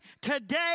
today